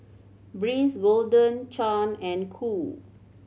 Breeze Golden Churn and Qoo